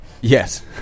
Yes